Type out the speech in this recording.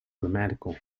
grammatical